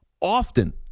often